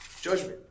judgment